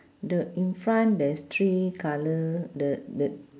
the in front there's three colour the the